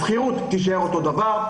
השכירות תישאר אותה שכירות,